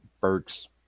Burks